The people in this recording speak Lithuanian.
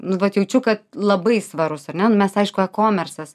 nu vat jaučiu kad labai svarus ar ne mes aišku ekomersas